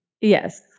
Yes